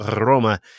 Roma